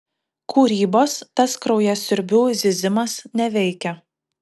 kūrybos tas kraujasiurbių zyzimas neveikia